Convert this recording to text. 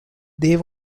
they